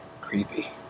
creepy